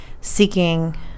seeking